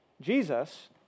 Jesus